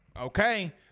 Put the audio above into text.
Okay